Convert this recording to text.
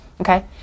Okay